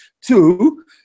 Two